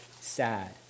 sad